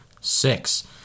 six